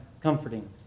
comforting